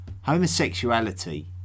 homosexuality